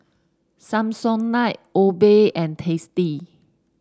Samsonite Obey and Tasty